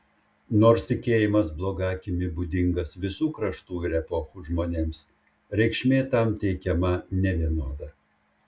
nors tikėjimas bloga akimi būdingas visų kraštų ir epochų žmonėms reikšmė tam teikiama nevienoda